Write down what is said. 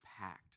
packed